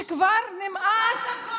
שכבר נמאס,